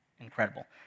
incredible